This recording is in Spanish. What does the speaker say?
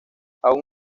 aun